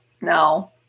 no